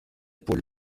pôle